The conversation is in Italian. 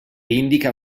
indica